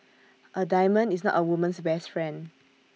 A diamond is not A woman's best friend